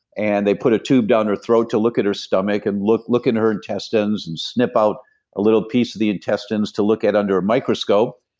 and they put a tube down her throat to look at her stomach, and look look in her intestines, and snip out a little piece of the intestines to look at under a microscope,